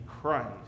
Christ